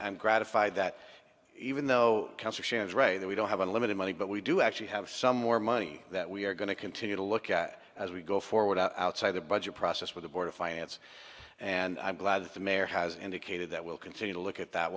i'm gratified that even though cancer she is right that we don't have unlimited money but we do actually have some more money that we are going to continue to look at as we go forward outside the budget process with a board of finance and i'm glad that the mayor has indicated that we'll continue to look at that